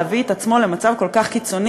להביא את עצמו למצב כל כך קיצוני?